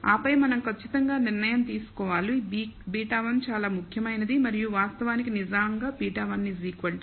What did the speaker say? ఆపై మనం ఖచ్చితంగా నిర్ణయం తీసుకోవాలి β1 చాలా ముఖ్యమైనది మరియు వాస్తవానికి నిజం β1 0